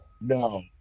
No